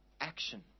action